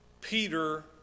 Peter